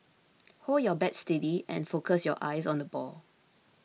hold your bat steady and focus your eyes on the ball